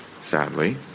sadly